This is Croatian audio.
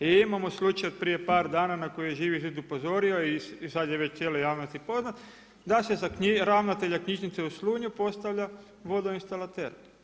Imamo slučaj prije par dana na koji je Živi zid upozorio i sad je već cijeloj javnosti poznat da se ravnatelja knjižnice u Slunju postavlja vodoinstalater.